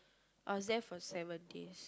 I was there for seven days